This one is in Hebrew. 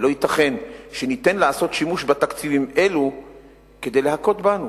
ולא ייתכן שניתֵן לעשות שימוש בתקציבים אלו כדי להכות בנו.